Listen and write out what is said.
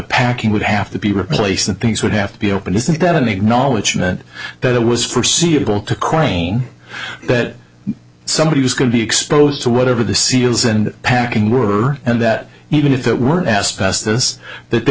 packing would have to be replaced and things would have to be open isn't that an acknowledgement that it was forseeable to crane that somebody was going to be exposed to whatever the seals and packing were and that even if it weren't asbestos that they